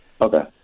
Okay